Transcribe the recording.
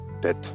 death